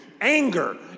Anger